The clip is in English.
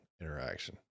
interaction